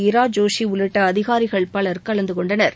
இரா ஜோஷி உள்ளிட்ட அதிகாரிகள் பல் கலந்து கொண்டனா்